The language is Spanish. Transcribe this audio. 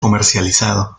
comercializado